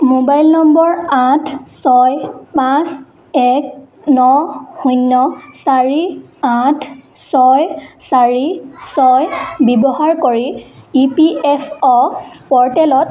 mobile নম্বৰ আঠ ছয় পাঁচ এক ন শূন্য চাৰি আঠ ছয় চাৰি ছয় ব্যৱহাৰ কৰি ই পি এফ অ' প'ৰ্টেলত